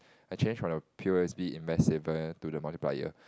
I changed from the p_o_s_b invest saver to the multiplier